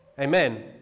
Amen